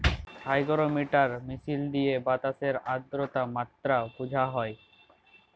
hygrometer মিশিল দিঁয়ে বাতাসের আদ্রতার মাত্রা বুঝা হ্যয়